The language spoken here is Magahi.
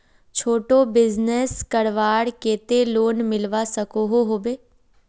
छोटो बिजनेस करवार केते लोन मिलवा सकोहो होबे?